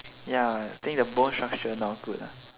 ya think the bone structure not good